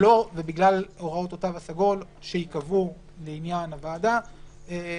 ובגלל הוראות התו הסגול שייקבעו לעניין הוועדה,